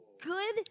Good